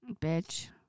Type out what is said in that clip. Bitch